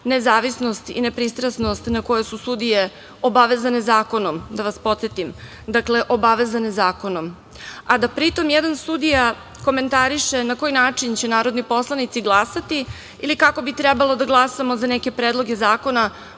nezavisnost i nepristrasnost, na koje su sudije obavezane zakonom, da vas podsetim. Dakle, obavezane zakonom. A da pri tom jedan sudija komentariše na koji način će narodni poslanici glasati ili kako bi trebalo da glasamo za neke predloge zakona.